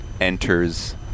enters